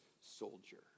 soldier